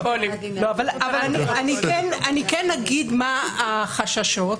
אני כן אגיד מה החששות.